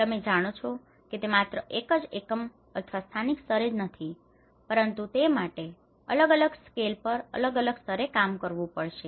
તમે જાણો છો કે તે માત્ર એક જ એકમ અથવા સ્થાનિક સ્તરે જ નથી પરંતુ તે માટે અલગ અલગ સ્કેલ પર અને અલગ અલગ સ્તરે કામ કરવું પડશે